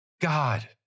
God